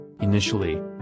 Initially